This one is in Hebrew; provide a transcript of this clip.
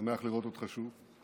שמח לראות אותך שוב.